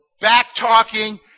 back-talking